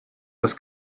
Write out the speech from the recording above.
das